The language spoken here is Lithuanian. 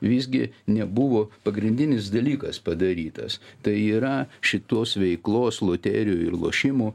visgi nebuvo pagrindinis dalykas padarytas tai yra šitos veiklos loterijų ir lošimų